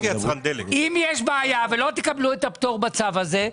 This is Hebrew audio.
אם יש בעיה ולא תקבלו את הפטור בצו הזה,